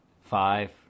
five